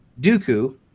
Dooku